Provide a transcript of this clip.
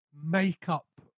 makeup